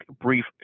brief